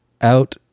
out